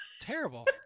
Terrible